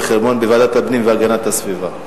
אתר החרמון לדיון בוועדת הפנים והגנת הסביבה.